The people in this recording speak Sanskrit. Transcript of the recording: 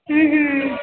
हा हा